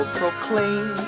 proclaim